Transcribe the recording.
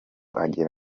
agera